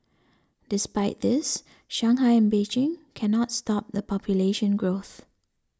despite this Shanghai and Beijing cannot stop the population growth